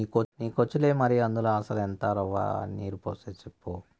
నీకొచ్చులే మరి, అందుల అసల ఎంత రవ్వ, నీరు పోసేది సెప్పు